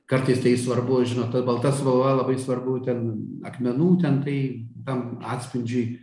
kartais tai svarbu žinot ta balta spalva labai svarbu ten akmenų ten tai tam atspindžiui